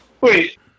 Wait